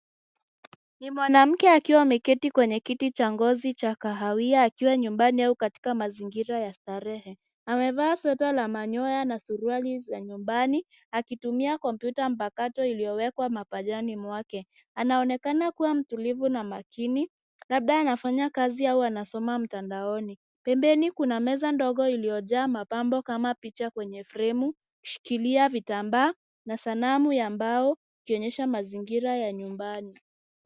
Ni mwanamke akiwa ameketi kwenye kiti cha ngozi cha kahawia akiwa nyumbani au katika mazingira ya starehe. Amevaa sweta za manyoya na suruali za nyumbani akitumia kompyuta mapakato iliyowekwa mapajani mwake. Anaonekana kuwa mtulivu na makini, labda anafanya kazi au anasoma mtandaoni. Pembeni kuna meza ndogo iliyojaa mapambo kama picha kwenye fremu, vishikilia vitambaa na sanamu ya mbao ikionyesha mazingira ya nyumbani.